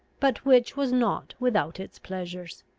but which was not without its pleasures.